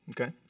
Okay